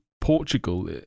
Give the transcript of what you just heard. Portugal